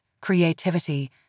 creativity